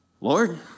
Lord